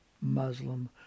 Muslim